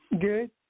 Good